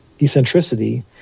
eccentricity